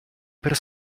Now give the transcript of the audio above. per